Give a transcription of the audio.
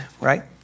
right